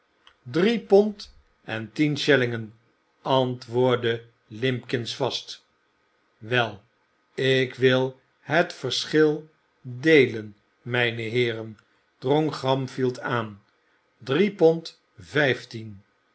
drie pond tien schellingen antwoordde limbkins vast wel ik wil het verschil deelen mijne heeren drong gamfield aan drie pond